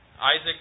Isaac